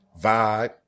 vibe